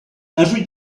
every